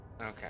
Okay